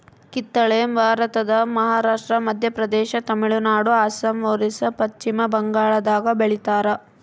ಕಿತ್ತಳೆ ಭಾರತದ ಮಹಾರಾಷ್ಟ್ರ ಮಧ್ಯಪ್ರದೇಶ ತಮಿಳುನಾಡು ಅಸ್ಸಾಂ ಒರಿಸ್ಸಾ ಪಚ್ಚಿಮಬಂಗಾಳದಾಗ ಬೆಳಿತಾರ